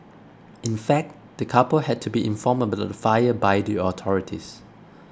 in fact the couple had to be informed about the fire by the authorities